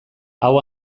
hau